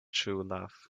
truelove